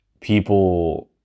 people